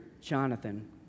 Jonathan